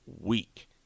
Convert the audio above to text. week